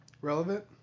Relevant